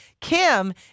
Kim